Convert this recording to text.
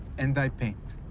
and i paint.